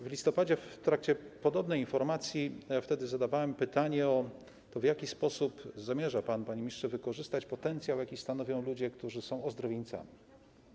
W listopadzie w trakcie podobnej informacji zadawałem pytanie, w jaki sposób zamierza pan, panie ministrze, wykorzystać potencjał, jaki stanowią ludzie, którzy są ozdrowieńcami.